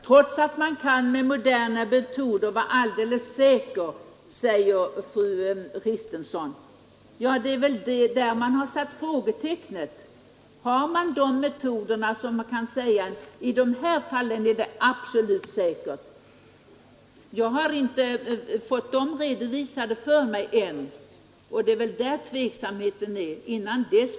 Fru talman! ”Trots att man med moderna metoder kan vara alldeles säker”, säger fru Kristensson. Men här står ju tvärtom stora frågetecken. Jag har ännu inte fått sådana metoder redovisade, och därav tveksamheten.